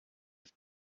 have